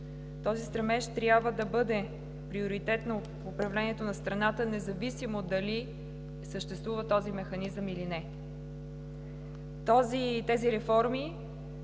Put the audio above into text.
този стремеж трябва да бъде приоритет на управлението на страната, независимо дали съществува този механизъм или не. Тези реформи